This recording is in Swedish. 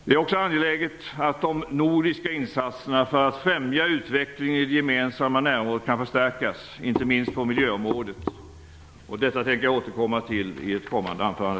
Det är också angeläget att de nordiska insatserna för att främja utvecklingen i det gemensamma närområdet kan förstärkas, inte minst på miljöområdet. Detta tänker jag återkomma till i ett kommande anförande.